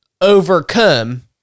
overcome